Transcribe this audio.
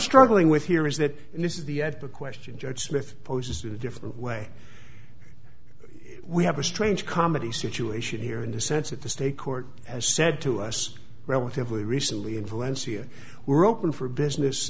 struggling with here is that this is the ad to question judge smith poses two different way we have a strange comedy situation here in the sense that the state court has said to us relatively recently in valencia we're open for business